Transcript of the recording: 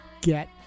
Get